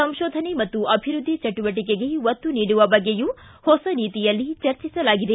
ಸಂಶೋಧನೆ ಮತ್ತು ಅಭಿವೃದ್ದಿ ಚಟುವಟಕೆಗೆ ಒತ್ತು ನೀಡುವ ಬಗ್ಗೆಯೂ ಹೊಸ ನೀತಿಯಲ್ಲಿ ಚರ್ಚಿಸಲಾಗಿದೆ